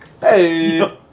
Hey